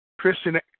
Christian